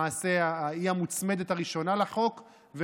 למעשה היא המוצמדת הראשונה לחוק,